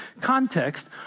context